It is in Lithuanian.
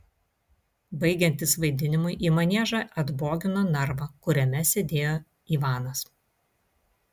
baigiantis vaidinimui į maniežą atbogino narvą kuriame sėdėjo į ivanas